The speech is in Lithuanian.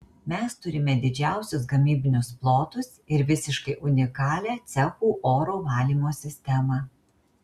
mes turime didžiausius gamybinius plotus ir visiškai unikalią cechų oro valymo sistemą